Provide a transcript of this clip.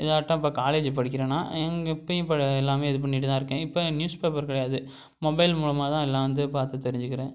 இதாட்டம் இப்போ காலேஜி படிக்கிறேன்னா எங்கே இப்போயும் இப்போ எல்லாமே இது பண்ணிகிட்டு தான் இருக்கேன் இப்போ நியூஸ் பேப்பர் கிடையாது மொபைல் மூலமாக தான் எல்லாம் வந்து பார்த்துத் தெரிஞ்சுக்கிறேன்